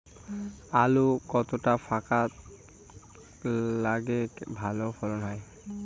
আলু কতটা ফাঁকা লাগে ভালো ফলন হয়?